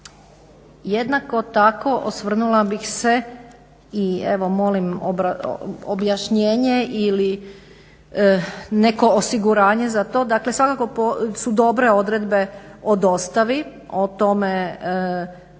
Jednako tako osvrnula bih se i evo molim objašnjenje ili neko osiguranje za to, dakle svakako su dobre odredbe o dostavi o tome da